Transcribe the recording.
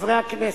חברי הכנסת,